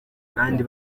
kandi